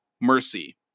mercy